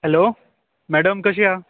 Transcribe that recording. hello madam कशी आसा